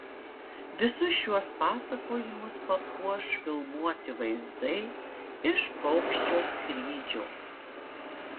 visus šiuos pasakojimus papuoš filmuoti vaizdai iš paukščio skrydžio